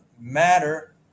matter